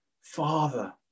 father